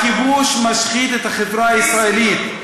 הכיבוש משחית את החברה הישראלית.